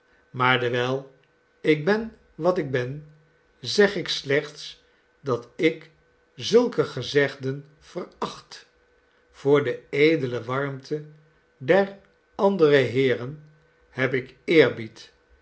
maar dewijl ik ben wat ik ben zeg ik slechts dat ik zulke gezegden veracht voor de edele warmte der andere heeren heb ik